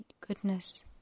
goodness